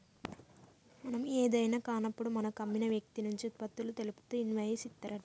మనం ఏదైనా కాన్నప్పుడు మనకు అమ్మిన వ్యక్తి నుంచి ఉత్పత్తులు తెలుపుతూ ఇన్వాయిస్ ఇత్తారంట